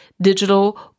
digital